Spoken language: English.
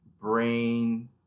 brain